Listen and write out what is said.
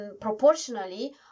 proportionally